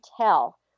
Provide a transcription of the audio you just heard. tell